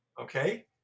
okay